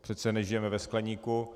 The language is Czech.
Přece nežijeme ve skleníku.